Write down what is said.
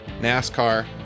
NASCAR